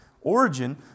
origin